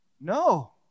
No